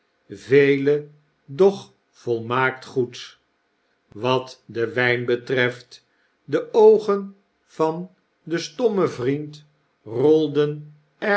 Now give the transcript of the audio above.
doch volmaakt goed wat den wjjn betreft de oogen vandenstommen vriend rolden